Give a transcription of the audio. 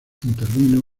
intervino